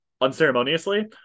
unceremoniously